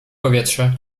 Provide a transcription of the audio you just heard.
powietrze